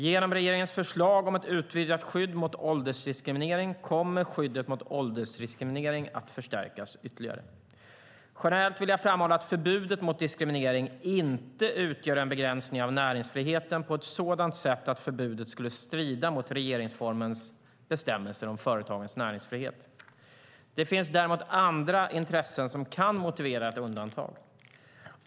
Genom regeringens förslag om ett utvidgat skydd mot åldersdiskriminering kommer skyddet mot åldersdiskriminering att förstärkas ytterligare. Generellt vill jag framhålla att förbudet mot diskriminering inte utgör en begränsning av näringsfriheten på ett sådant sätt att förbudet skulle strida mot regeringsformens bestämmelser om företagens näringsfrihet. Det finns däremot andra intressen som kan motivera ett undantag.